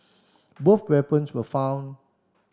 both weapons were found